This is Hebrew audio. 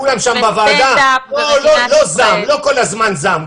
כולם שם בוועדה, לא זעם, לא כל הזמן זעם.